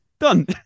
Done